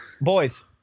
Boys